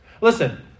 Listen